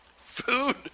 Food